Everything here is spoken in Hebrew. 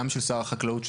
גם של שר החקלאות,